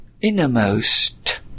innermost